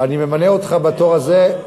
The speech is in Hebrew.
אני ממנה אותך בתור הזה,